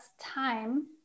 time